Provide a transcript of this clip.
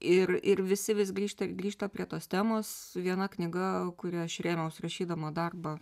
ir ir visi vis grįžta grįžta prie tos temos viena knyga kuria aš rėmiaus rašydama darbą